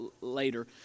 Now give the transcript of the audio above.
later